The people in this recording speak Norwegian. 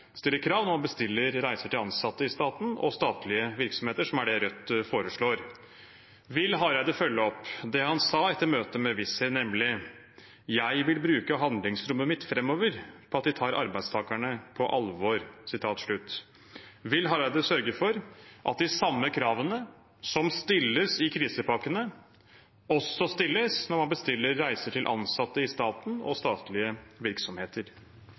og statlige virksomheter, som er det Rødt foreslår. Vil Hareide følge opp det han sa etter møtet med Wizz Air, nemlig «jeg vil bruke handlingsrommet mitt fremover på at de tar arbeidstagerne på alvor»? Vil Hareide sørge for at de samme kravene som stilles i krisepakkene, også stilles når man bestiller reiser til ansatte i staten og statlige virksomheter?